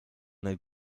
nel